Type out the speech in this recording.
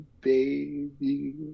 baby